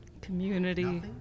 Community